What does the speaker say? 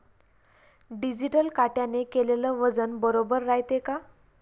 Digital काट्याने केलेल वजन बरोबर रायते का?